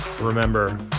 Remember